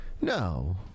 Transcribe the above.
No